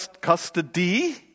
custody